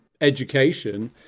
education